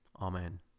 Amen